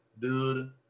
Dude